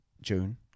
June